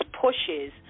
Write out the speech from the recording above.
pushes